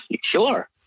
Sure